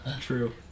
True